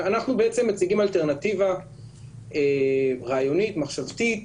אנחנו מציגים אלטרנטיבה רעיונית מחשבתית